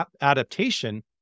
adaptation